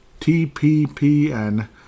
TPPN